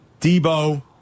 Debo